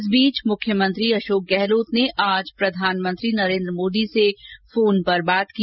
इसी बीच मुख्यमंत्री अशोक गहलोत ने आज प्रधानमंत्री नरेन्द्र मोदी से फोन पर बात की